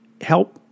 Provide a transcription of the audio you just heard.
help